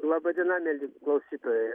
laba diena mieli klausytojai